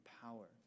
power